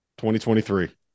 2023